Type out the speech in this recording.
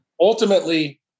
ultimately